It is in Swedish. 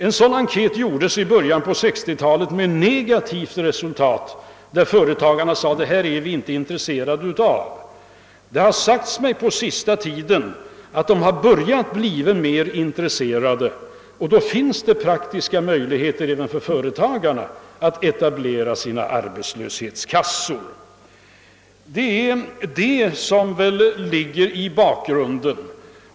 En sådan enkät gjordes redan i början på 1960-talet, men resultatet blev negativt. Företagarna var inte intresserade. Det har emellertid sagts mig att de har börjat bli mera intresserade på senaste tiden, och i så fall finns det redan nu praktiska möjligheter för företagarna att bilda egna arbetslöshetskassor. Detta är alltså bakgrunden.